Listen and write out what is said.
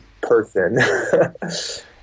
person